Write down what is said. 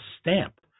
stamp